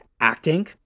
acting